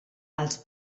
als